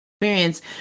experience